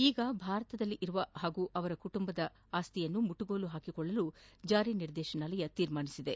ಈಗ ಭಾರತದಲ್ಲಿರುವ ಅವರ ಹಾಗೂ ಕುಟುಂಬದವರ ಆಸ್ತಿಯನ್ನು ಮುಟ್ಟಗೋಲು ಹಾಕಿಕೊಳ್ಳಲು ಜಾರಿ ನಿರ್ದೇಶನಾಲಯ ನಿರ್ಧರಿಸಿದೆ